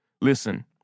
Listen